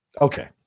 Okay